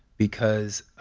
because